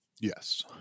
Yes